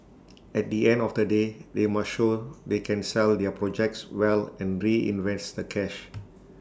at the end of the day they must show they can sell their projects well and reinvest the cash